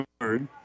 third